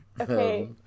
Okay